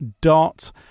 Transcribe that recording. dot